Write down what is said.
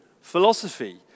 philosophy